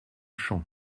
champ